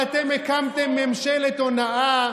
ממשלת שמאל.